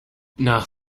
nach